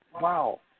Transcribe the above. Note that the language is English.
Wow